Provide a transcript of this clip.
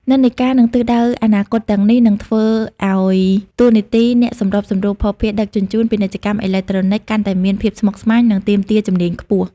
និន្នាការ និងទិសដៅអនាគតទាំងនេះនឹងធ្វើឱ្យតួនាទីអ្នកសម្របសម្រួលភស្តុភារដឹកជញ្ជូន ពាណិជ្ជកម្មអេឡិចត្រូនិក កាន់តែមានភាពស្មុគស្មាញ និងទាមទារជំនាញខ្ពស់។